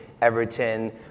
Everton